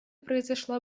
произошла